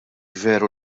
veru